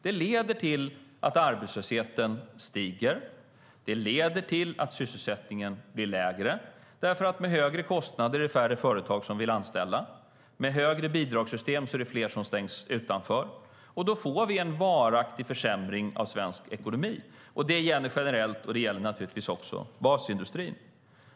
Det leder till att arbetslösheten stiger, och det leder till att sysselsättningen blir lägre, därför att med högre kostnader i färre företag som vill anställa och med högre bidrag är det fler som stängs ute. Då får vi en varaktig försämring av svensk ekonomi. Det gäller generellt, och det gäller naturligtvis även basindustrin.